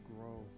grow